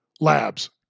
labs